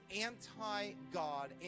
anti-god